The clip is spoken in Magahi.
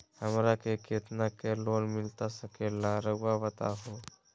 हमरा के कितना के लोन मिलता सके ला रायुआ बताहो?